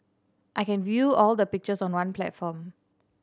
I can view all their pictures on one platform